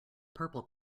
purple